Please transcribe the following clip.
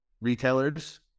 retailers